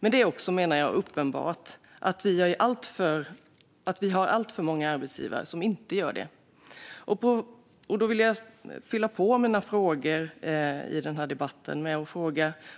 Men det är också, menar jag, uppenbart att vi har alltför många arbetsgivare som inte gör det. Då vill jag fylla på med frågor i denna debatt: